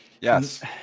Yes